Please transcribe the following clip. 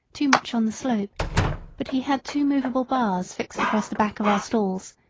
too much on the slope but he had two movable bars fixed across the back of our stalls,